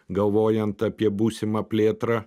galvojant apie būsimą plėtrą